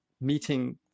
meeting